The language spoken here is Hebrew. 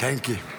Thank you.